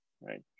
Right